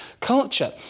culture